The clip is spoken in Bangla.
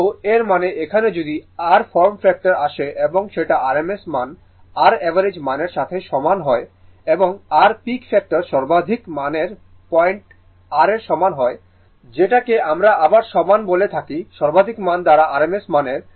তো এর মানে এখানে যদি r ফর্ম ফ্যাক্টর আসে এবং সেটা RMS মান আর অ্যাভারেজ মানের সাথে সমান হয় এবং r পিক ফ্যাক্টর সর্বাধিক মানের পয়েন্ট r এর সমান যেটা কে আমরা আবার সমান বলে থাকি সর্বাধিক মান দ্বারা RMS মানের